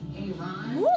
Aaron